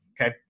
Okay